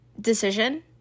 decision